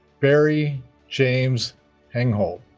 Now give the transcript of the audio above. barry james hengehold